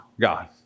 God